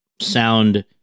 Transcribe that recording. sound